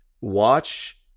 watch